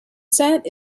set